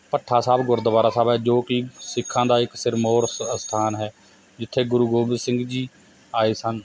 ਭੱਠਾ ਸਾਹਿਬ ਗੁਰਦੁਆਰਾ ਸਾਹਿਬ ਹੈ ਜੋ ਕਿ ਸਿੱਖਾਂ ਦਾ ਇੱਕ ਸਿਰਮੋਰ ਅਸ ਅਸਥਾਨ ਹੈ ਜਿੱਥੇ ਗੁਰੂ ਗੋਬਿੰਦ ਸਿੰਘ ਜੀ ਆਏ ਸਨ